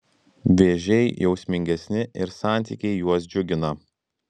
vėžiai jausmingesni ir santykiai juos džiugina